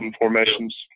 formations